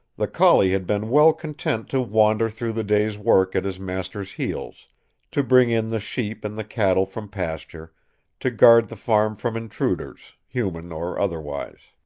the collie had been well content to wander through the day's work at his master's heels to bring in the sheep and the cattle from pasture to guard the farm from intruders human or otherwise.